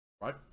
Right